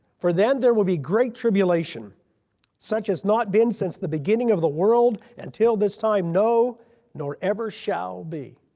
for then there will be great tribulation such as has not been since the beginning of the world until this time no nor ever shall be.